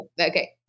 Okay